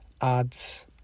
ads